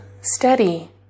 steady